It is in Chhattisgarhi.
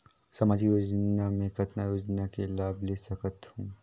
समाजिक योजना मे कतना योजना मे लाभ ले सकत हूं?